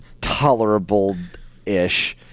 tolerable-ish